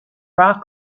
rock